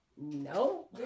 no